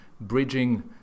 bridging